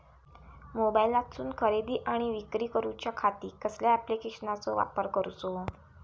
मोबाईलातसून खरेदी आणि विक्री करूच्या खाती कसल्या ॲप्लिकेशनाचो वापर करूचो?